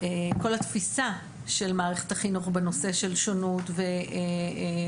כל התפיסה של מערכת החינוך בנושא של שונות והכללה